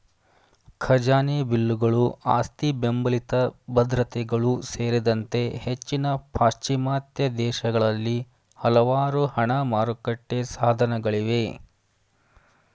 ಖಜಾನೆ ಬಿಲ್ಲುಗಳು ಆಸ್ತಿಬೆಂಬಲಿತ ಭದ್ರತೆಗಳು ಸೇರಿದಂತೆ ಹೆಚ್ಚಿನ ಪಾಶ್ಚಿಮಾತ್ಯ ದೇಶಗಳಲ್ಲಿ ಹಲವಾರು ಹಣ ಮಾರುಕಟ್ಟೆ ಸಾಧನಗಳಿವೆ